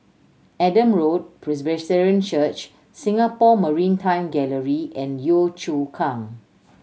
Adam Road Presbyterian Church Singapore Maritime Gallery and Yio Chu Kang